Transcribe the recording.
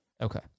Okay